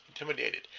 Intimidated